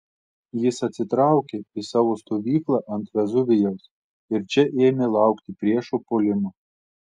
jis atsitraukė į savo stovyklą ant vezuvijaus ir čia ėmė laukti priešo puolimo